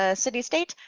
ah city, state,